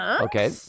Okay